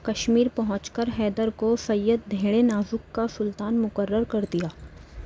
کشمیر پہنچ کر حیدر کو سید دھیڑے نازک کا سلطان مقرر کر دیا